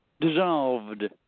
dissolved